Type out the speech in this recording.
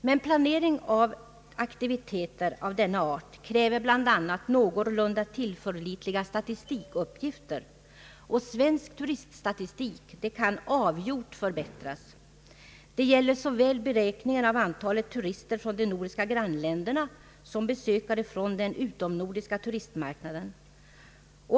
Men planering av aktiviteter av denna art kräver bl.a. någorlunda tillförlitliga statistikuppgifter, och svensk turiststatistik kan avgjort förbättras. Det gäller beräkningen av såväl antalet turister från de nordiska grannländerna som av antalet besökare från den utomnordiska turistmarknaden.